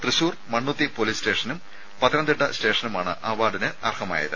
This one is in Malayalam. തൃശൂർ മണ്ണുത്തി പൊലീസ് സ്റ്റേഷനും പത്തനംതിട്ട സ്റ്റേഷനുമാണ് അവാർഡിന് അർഹമായത്